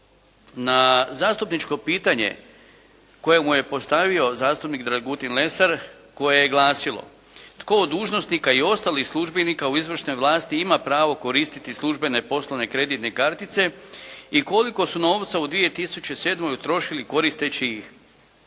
na zastupničko pitanje koje mu je postavio zastupnik Dragutin Lesar koje je glasilo: "Tko od dužnosnika i ostalih službenika u izvršnoj vlasti ima pravo koristiti službene i poslovne kreditne kartice i koliko su novca u 2007. utrošili koristeći ih?".